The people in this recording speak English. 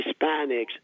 Hispanics